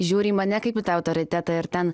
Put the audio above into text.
žiūri į mane kaip į tą autoritetą ir ten